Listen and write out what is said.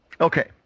Okay